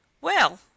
Well